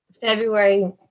February